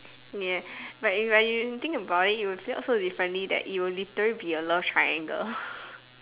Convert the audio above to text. ya but if like you think about it it will play out so differently that it will literally be a love triangle